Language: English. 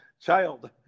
child